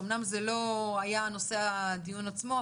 שאמנם זה לא היה נושא הדיון עצמו,